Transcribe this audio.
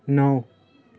नौ